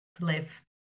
live